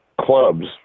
clubs